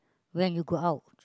when you go out